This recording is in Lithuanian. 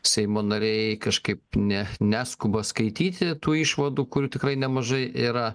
seimo nariai kažkaip ne neskuba skaityti tų išvadų kurių tikrai nemažai yra